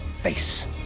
face